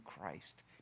Christ